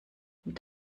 mit